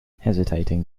hesitating